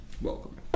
welcome